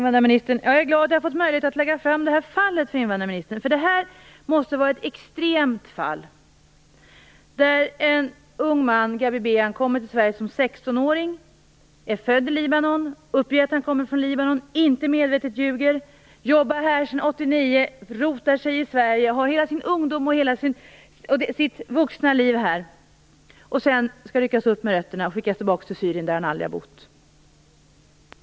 Fru talman! Jag är glad att jag har fått möjlighet att lägga fram detta fall för invandrarministern, eftersom detta måste vara ett extremt fall. En ung man, Gabi Behan, kommer till Sverige som sextonåring. Han är född i Libanon och uppger att han kommer från Libanon. Han ljuger inte medvetet. Han har jobbat här sedan 1989, och har rotat sig i Sverige. Han har tillbringat hela sin ungdom och sitt vuxna liv här och skall sedan ryckas upp med rötterna och skickas tillbaka till Syrien, där han aldrig har bott.